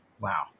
Wow